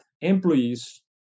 employees